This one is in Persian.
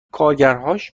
کارگرهاش